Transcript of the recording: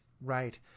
right